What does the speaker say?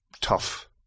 tough